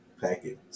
Package